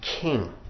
king